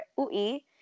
UI